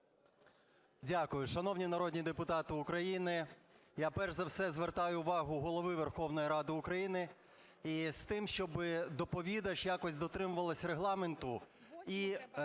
Дякую. Шановні народні депутати України, я перш за все звертаю увагу Голови Верховної Ради України з тим, щоб доповідач якось дотримувалась Регламенту